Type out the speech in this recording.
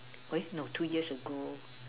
where no two years ago